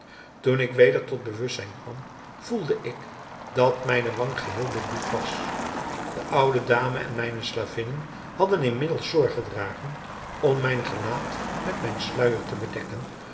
toen ik weder tot bewustzijn kwam voelde ik dat mijne wang geheel bebloed was de oude dame en mijne slavinnen hadden inmiddels zorg gedragen om mijn gelaat met mijn sluijer te bedekken